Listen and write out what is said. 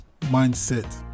mindset